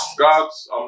God's